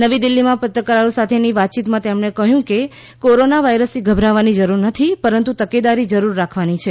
નવી દિલ્ફીમાં પત્રકારો સાથેની વાતયીતમાં તેમણે કહ્યું કે કોરોના વાયરસથી ગભરાવાની જરૂર નથી પરંતુ તકેદારી જરૂર રાખવાની છે